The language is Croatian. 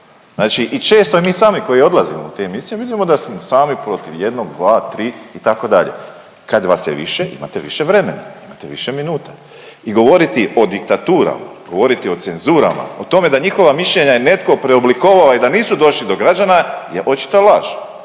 Znači i često i mi sami koji odlazimo u te emisije, vidimo da smo sami protiv jednog, dva, tri, itd. Kad vas je više, imate više vremena, imate više minuta i govoriti o diktaturama, govoriti o cenzurama, o tome da njihova mišljenja je netko preoblikovao i da nisu došli do građana je očita laž